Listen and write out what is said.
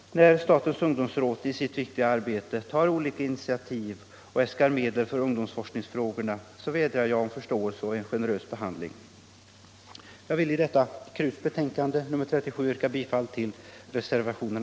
När statens ungdomsråd i sitt viktiga arbete äskar medel för ungdomsforskningsfrågorna så vädjar jag om förståelse och generös behandling av denna begäran.